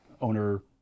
owner